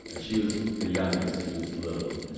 and she was the youngest. she was little.